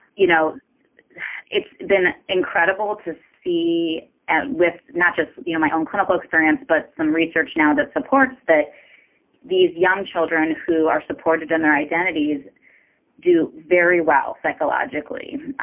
you know it's been incredible to see at with not just you know my own clinical experience but some research now that supports that these young children who are supported in their identities do very well psychologically.